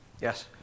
Yes